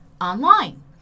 online